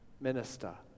minister